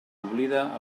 oblida